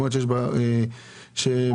נמצאת ב-זום שלומית שיחור,